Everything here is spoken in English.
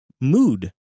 Mood